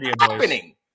happening